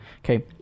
Okay